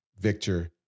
Victor